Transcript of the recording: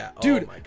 Dude